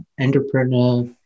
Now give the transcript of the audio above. entrepreneur